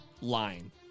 line